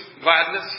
gladness